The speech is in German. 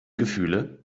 gefühle